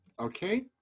Okay